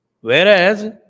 Whereas